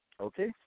okay